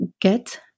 get